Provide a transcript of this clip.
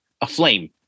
aflame